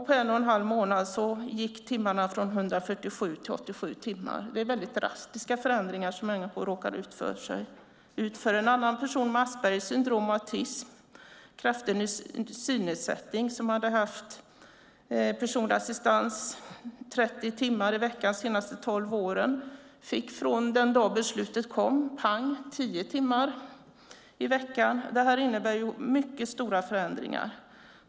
På en och en halv månad gick timmarna från 147 till 87 timmar. Det är väldigt drastiska förändringar människor råkar ut för. En annan person med Aspergers syndrom och autism samt kraftig synnedsättning, hade haft personlig assistans 30 timmar i veckan de senaste tolv åren, fick från den dag beslutet kom - pang - tio timmar i veckan. Detta innebär mycket stora förändringar.